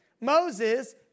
Moses